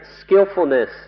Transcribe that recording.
skillfulness